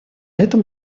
этом